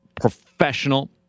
professional